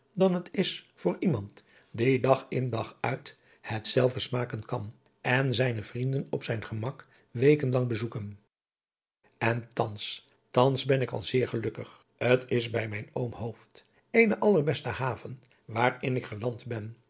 dan het is voor iemand die dag in dag uit hetzelve smaken kan en zijne vrienden op zijn gemak weken lang bezoeken en thans thans ben ik al zeer gelukkig t is bij mijn oom hooft eene allerbeste haven waarin ik geland ben